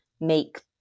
make